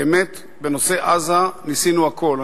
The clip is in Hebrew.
באמת בנושא עזה ניסינו הכול.